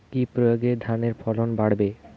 কি প্রয়গে ধানের ফলন বাড়বে?